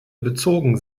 bezogen